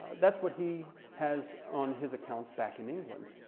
that's what he has on his accounts back in england.